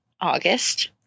August